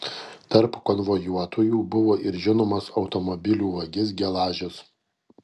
tarp konvojuotųjų buvo ir žinomas automobilių vagis gelažius